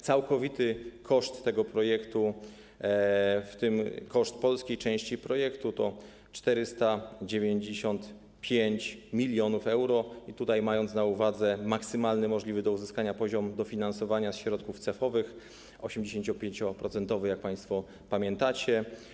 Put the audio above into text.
Całkowity koszt tego projektu, w tym koszt polskiej części projektu, to 495 mln euro, mając tutaj na uwadze maksymalny możliwy do uzyskania poziom dofinansowania ze środków CEF w wysokości 85%, jak państwo pamiętacie.